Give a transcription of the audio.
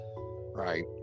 Right